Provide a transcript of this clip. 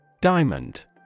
Diamond